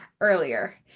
earlier